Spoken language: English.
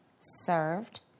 served